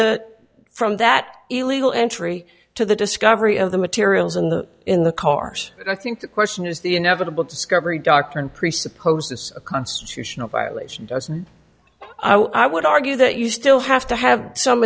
the from that illegal entry to the discovery of the materials and in the cars i think the question is the inevitable discovery doctrine presupposes a constitutional violation i would argue that you still have to have some